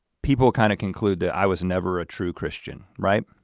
people kind of conclude that i was never a true christian right?